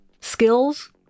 skills